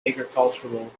agricultural